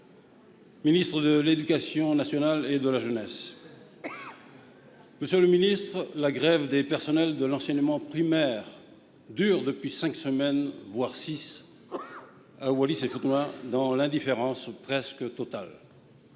ministre de l'éducation nationale et de la jeunesse. Monsieur le ministre, la grève des personnels de l'enseignement primaire dure depuis cinq semaines, voire six, à Wallis-et-Futuna, dans l'indifférence presque totale.